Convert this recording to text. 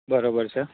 બરાબર છે